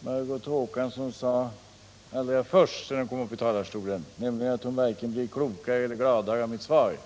Margot Håkansson sade allra först, nämligen att hon varken blev klokare eller gladare av mitt svar.